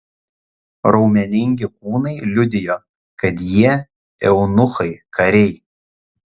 raumeningi kūnai liudijo kad jie eunuchai kariai